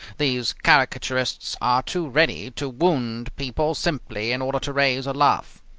these caricaturists are too ready to wound people simply in order to raise a laugh.